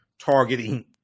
targeting